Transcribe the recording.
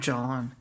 John